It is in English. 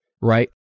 right